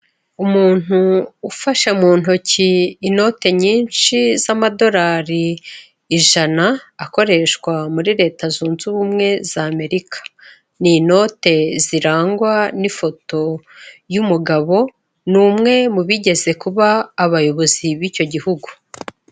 Umuntu ufasha mu ntoki inote nyinshi z'amadolari ijana, akoreshwa muri Leta zunze ubumwe z'Amerika, ni inote zirangwa n'ifoto y'umugabo, ni umwe mu bigeze kuba abayobozi b'icyo gihugu.